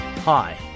Hi